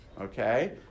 okay